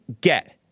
get